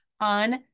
on